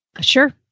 Sure